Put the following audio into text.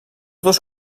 dos